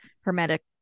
Hermetic